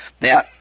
Now